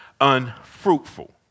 unfruitful